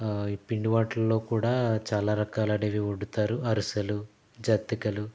పిండి వంటల్లో కూడా చాలా రకాలు అనేవి వండుతారు అరిసెలు జంతికలు